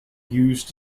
used